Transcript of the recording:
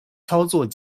操作